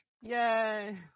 Yay